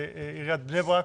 עיריית בני ברק.